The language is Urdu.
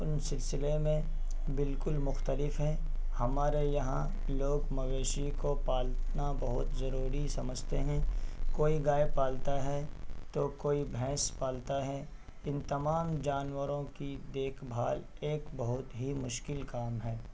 اس سلسلے میں بالکل مختلف ہیں ہمارے یہاں لوگ مویشی کو پالنا بہت ضروری سمجھتے ہیں کوئی گائے پالتا ہے تو کوئی بھینس پالتا ہے ان تمام جانوروں کی دیکھ بھال ایک بہت ہی مشکل کام ہے